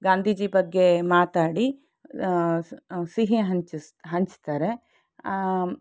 ಗಾಂಧೀಜಿ ಬಗ್ಗೆ ಮಾತಾಡಿ ಸ್ ಸಿಹಿ ಹಂಚಿಸ್ ಹಂಚ್ತಾರೆ